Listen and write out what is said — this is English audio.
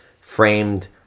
framed